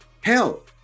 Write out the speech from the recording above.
Hell